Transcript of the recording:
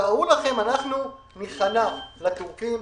תארו לכם שאנחנו ניכנע לטורקים,